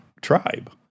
tribe